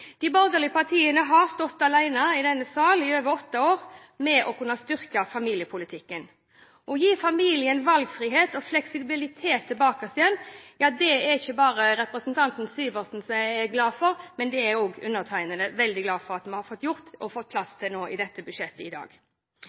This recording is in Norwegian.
De borgerlige partiene har stått alene i denne sal gjennom åtte år om å styrke familiepolitikken. Å gi familien valgfrihet og fleksibilitet tilbake igjen er det ikke bare representanten Syversen som er glad for. Det er også undertegnede veldig glad for at vi har fått gjort og fått plass til i dette budsjettet i dag.